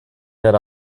get